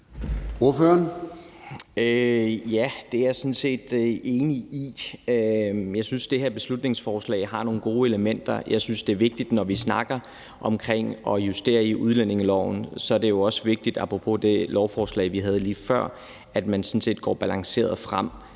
Rona (M): Ja, det er jeg sådan set enig i. Men jeg synes, at det her beslutningsforslag har nogle gode elementer. Jeg synes også, at det er vigtigt, når vi snakker om at justere udlændingeloven – apropos det lovforslag, vi behandlede lige før – at man sådan set går balanceret frem,